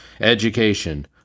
Education